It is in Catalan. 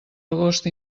agost